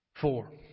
Four